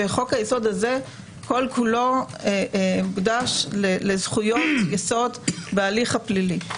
וחוק-היסוד הזה כל כולו מוקדש לזכויות יסוד בהליך הפלילי.